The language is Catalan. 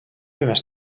més